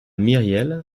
myriel